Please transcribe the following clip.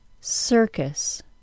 circus